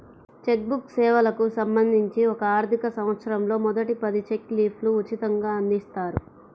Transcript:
check book సేవలకు సంబంధించి ఒక ఆర్థికసంవత్సరంలో మొదటి పది చెక్ లీఫ్లు ఉచితంగ అందిస్తారు